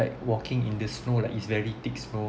like walking in the snow like it's very thick snow